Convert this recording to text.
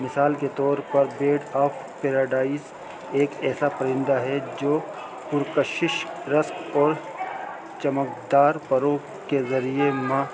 مثال کے طور پر بییڈ آف پیراڈائز ایک ایسا پرندہ ہے جو پرکشش رسق اور چمکدار پرو کے ذریعے م